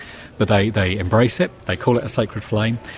but they they embrace it, they call it a sacred flame,